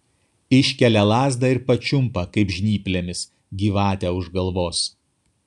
iškelia lazdą ir pačiumpa kaip žnyplėmis gyvatę už galvos